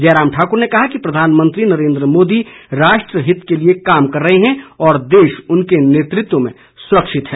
जयराम ठाकुर ने कहा कि प्रधानमंत्री नरेन्द्र मोदी राष्ट्रहित के लिए कार्य कर रहे हैं और देश उनके नेतृत्व में सुरक्षित है